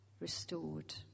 restored